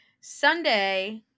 Sunday